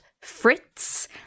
Fritz